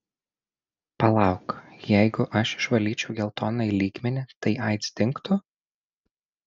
palauk jeigu aš išvalyčiau geltonąjį lygmenį tai aids dingtų